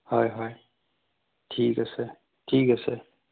হয় হয় ঠিক আছে ঠিক আছে